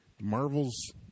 Marvel's